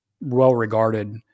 well-regarded